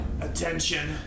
attention